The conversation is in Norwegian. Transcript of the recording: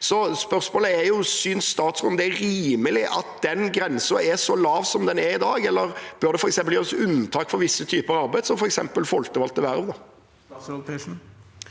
Så spørsmålet er: Synes statsråden det er rimelig at den grensen er så lav som den er i dag, eller bør det gjøres unntak for visse typer arbeid, som f.eks. folkevalgte verv? Statsråd Marte